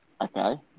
Okay